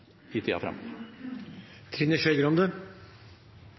i tida